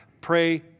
Pray